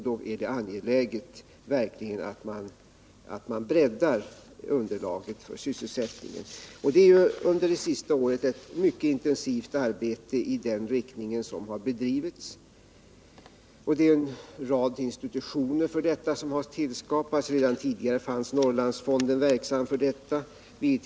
Då är det verkligen angeläget att man breddar underlaget för sysselsättningen. Under det senaste året har också ett mycket intensivt arbete i den riktningen bedrivits. En rad institutioner för detta har tillskapats. Redan tidigare fanns Norrlandsfonden.